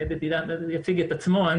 מפקד היחידה יציג את עצמו.